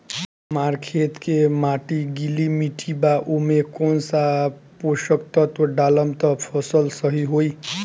हमार खेत के माटी गीली मिट्टी बा ओमे कौन सा पोशक तत्व डालम त फसल सही होई?